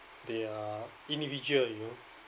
they are individual you know